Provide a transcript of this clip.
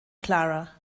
clara